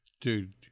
Dude